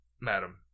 madam